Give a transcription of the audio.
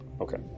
okay